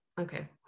Okay